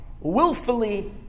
willfully